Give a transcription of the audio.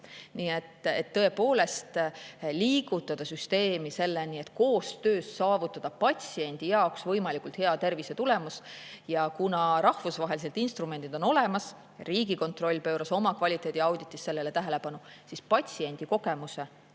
Nii et tõepoolest, tuleb liigutada süsteemi selleni, et koostöös saavutada patsiendi jaoks võimalikult hea tervisetulemus. Ja kuna rahvusvahelised instrumendid on olemas, ka Riigikontroll pööras oma kvaliteediauditis sellele tähelepanu, siis patsiendi kogemuse kogumine